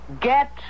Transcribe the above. get